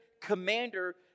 commander